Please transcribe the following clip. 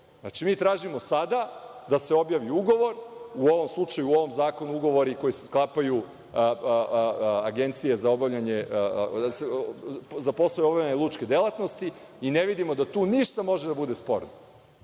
mi tražimo sada da se objavi ugovor, u ovom slučaju, u ovom Zakonu ugovori koje sklapa Agencije za poslove obavljanja lučke delatnosti i ne vidimo da tu ništa ne može da bude sporno.